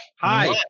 Hi